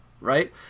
right